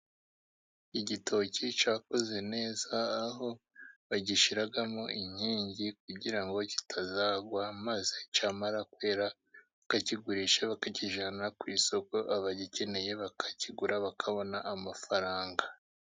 Igitoki cyakuze neza, aho bagishyiramo inkingi kugira ngo kitazagwa maze cyamara kwera, bakakigurisha, bakakijyana ku isoko, abagikeneye bakakigura, bakabona amafaranga.